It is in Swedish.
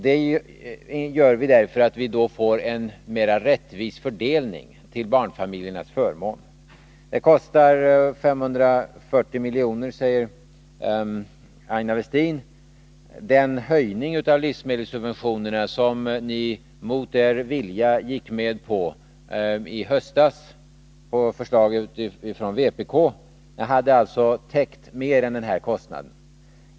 Detta gör vi för att få en mera rättvis fördelning till barnfamiljernas förmån. Det kostar 540 milj.kr., säger Aina Westin. Den höjning av livsmedelssubventionerna som ni mot er vilja gick med på i höstas på förslag av vpk hade alltså täckt mer än den här kostnaden.